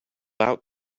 out